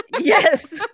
Yes